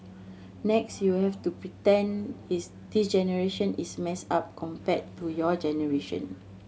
next you have to pretend his this generation is messed up compared to your generation